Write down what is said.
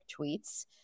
tweets